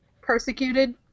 persecuted